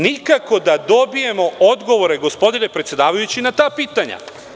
Nikako da dobijemo odgovore gospodine predsedavajući na ta pitanja.